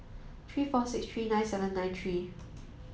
three four six three nine seven nine three